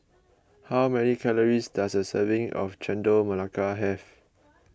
how many calories does a serving of Chendol Melaka have